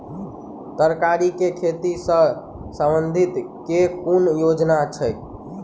तरकारी केँ खेती सऽ संबंधित केँ कुन योजना छैक?